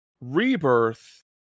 Rebirth